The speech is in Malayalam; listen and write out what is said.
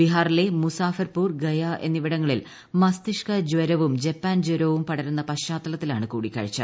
ബീഹാറിലെ മുസാഫർപൂർ ഗയ എന്നിവിടങ്ങളിൽ മസ്തിഷ്ക ജരവും ജപ്പാൻ ജവരവും പടരുന്ന പശ്ചാത്തലത്തിലാണ് കൂടിക്കാഴ്ച